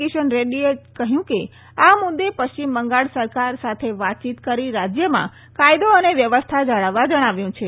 કિશન રેડ્ડીએ કહ્યું કે આ મુદ્દે પશ્ચિમ બંગાળ સરકારે સાથે વાતચીત કરી રાજ્યમાં કાયદો અને વ્યવસ્થા જાળવવા જણાવ્યું છે